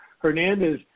Hernandez